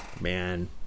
Man